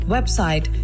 Website